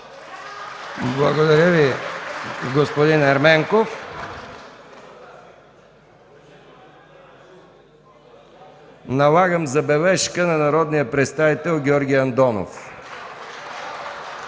Благодаря Ви, господин Ерменков. Налагам забележка на народния представител Георги Андонов.